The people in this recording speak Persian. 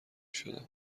شدم